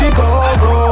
go-go